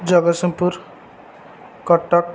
Jagatsinghpur Cuttack